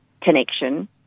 connection